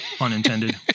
unintended